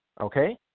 Okay